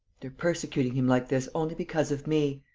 they're persecuting him like this only because of me.